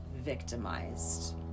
victimized